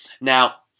Now